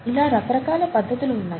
ఇలా రకరకాల పద్ధతులు ఉన్నాయి